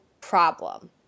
problem